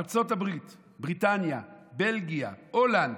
ארצות הברית, בריטניה, בלגיה, הולנד,